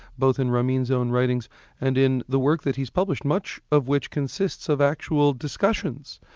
both in ramin's own writings and in the work that he's published, much of which consists of actual discussions,